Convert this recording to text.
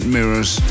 Mirrors